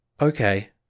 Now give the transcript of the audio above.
Okay